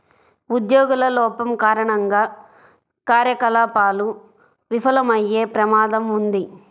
ఉద్యోగుల లోపం కారణంగా కార్యకలాపాలు విఫలమయ్యే ప్రమాదం ఉంది